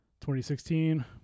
2016